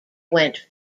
went